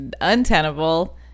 untenable